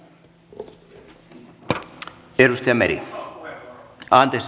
arvoisa herra puhemies